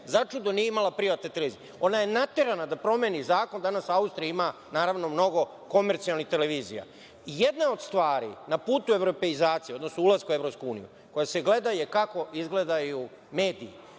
začudo, nije imala privatne televizije. Ona je naterana da promeni zakon. Danas Austrija ima, naravno, mnogo komercijalnih televizija. Jedna od stvari na putu evropeizacije, odnosno na putu ulaska u Evropsku uniju, koja se gleda je kako izgledaju mediji,